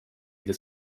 this